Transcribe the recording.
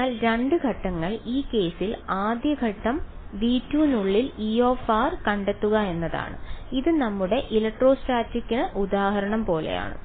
അതിനാൽ 2 ഘട്ടങ്ങൾ ഈ കേസിൽ ആദ്യ ഘട്ടം V2 നുള്ളിൽ E കണ്ടെത്തുക എന്നതാണ് ഇത് നമ്മുടെ ഇലക്ട്രോസ്റ്റാറ്റിക് ഉദാഹരണം പോലെയാണ്